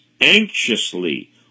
anxiously